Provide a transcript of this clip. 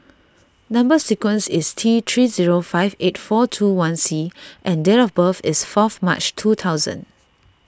Number Sequence is T three zero five eight four two one C and date of birth is fourth March two thousand